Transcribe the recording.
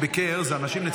ביקרת אותו?